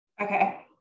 okay